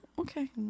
okay